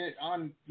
on